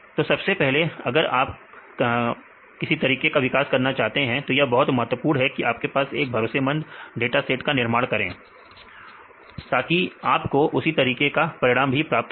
तो सबसे पहले अगर आप कोई तरीके का विकास करना चाहते हैं तो यह बहुत महत्वपूर्ण है कि आप एक भरोसेमंद डाटा सेट का निर्माण करें ताकि आपको उसी तरीके का परिणाम भी प्राप्त हो